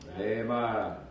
Amen